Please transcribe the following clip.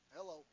Hello